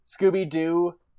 Scooby-Doo